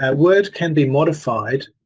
ah word can be modified